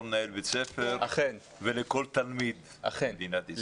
מנהל בית ספר ולכל תלמיד במדינת ישראל.